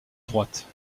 droite